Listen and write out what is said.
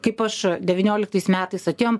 kaip aš devynioliktais metais atėjom